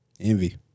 envy